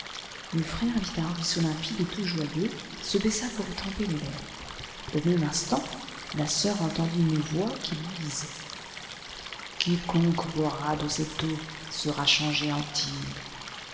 le frère vit un ruisseau limpide et tout joyeux se baissa pour y tremper ses lèvres au même instant la sœur entendit une voix qui lui disait quiconque boira de cette eau sera changé en tigre